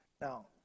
Now